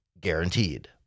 guaranteed